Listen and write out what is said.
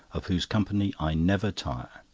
of whose company i never tire.